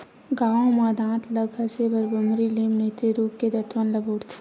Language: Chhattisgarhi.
गाँव म दांत ल घसे बर बमरी, लीम नइते रूख के दतवन ल बउरथे